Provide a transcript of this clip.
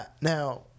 Now